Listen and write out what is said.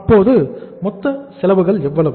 அப்போது மொத்த செலவுகள் எவ்வளவு